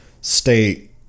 state